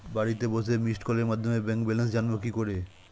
বাড়িতে বসে মিসড্ কলের মাধ্যমে ব্যাংক ব্যালেন্স জানবো কি করে?